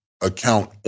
account